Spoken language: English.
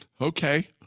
Okay